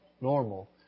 normal